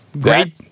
Great